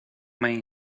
main